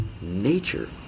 nature